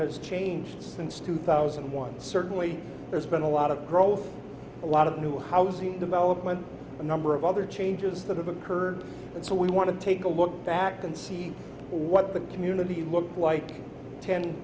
has changed since two thousand and one certainly there's been a lot of growth a lot of new housing developments a number of other changes that have occurred and so we want to take a look back and see what the community looked like ten